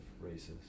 races